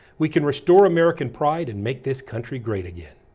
we can restore american pride and make this country great again.